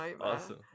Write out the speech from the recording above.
Awesome